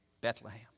Bethlehem